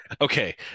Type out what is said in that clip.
Okay